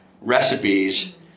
recipes